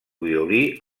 violí